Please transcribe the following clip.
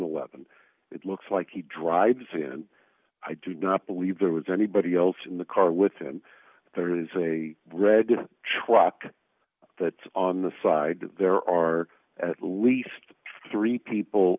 dollars it looks like he drives in i do not believe there was anybody else in the car with him there is a red truck that on the side there are at least three people